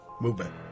movement